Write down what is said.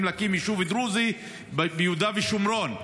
להקים יישוב דרוזי ביהודה ושומרון.